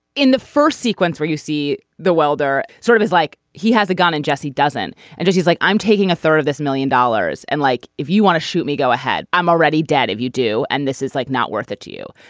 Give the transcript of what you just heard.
in the first sequence where you see the welder sort of is like he has a gun and jesse doesn't and just he's like i'm taking a third of this million dollars. and like if you want to shoot me go ahead i'm already dead if you do. and this is like not worth it to you.